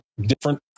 different